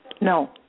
No